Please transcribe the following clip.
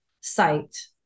site